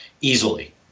easily